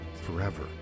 forever